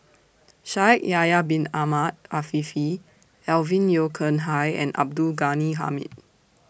Shaikh Yahya Bin Ahmed Afifi Alvin Yeo Khirn Hai and Abdul Ghani Hamid